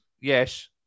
yes